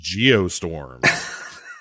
geostorms